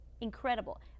incredible